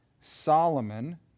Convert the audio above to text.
Solomon